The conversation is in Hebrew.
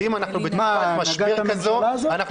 ואם אנחנו בתקופת משבר כזאת,